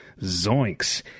Zoinks